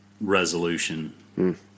resolution